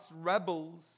rebels